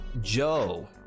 joe